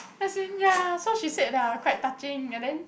as in ya so she said that I quite touching and then